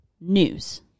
news